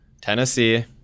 Tennessee